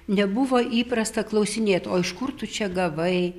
nebuvo įprasta klausinėt o iš kur tu čia gavai